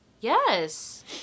Yes